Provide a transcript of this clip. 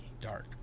dark